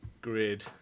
grid